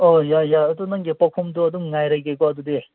ꯑꯣ ꯌꯥꯏ ꯌꯥꯏ ꯑꯗꯨ ꯅꯪꯒꯤ ꯄꯥꯎꯈꯨꯝꯗꯨ ꯑꯗꯨꯝ ꯉꯥꯏꯔꯒꯦꯀꯣ ꯑꯗꯨꯗꯤ